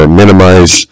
minimize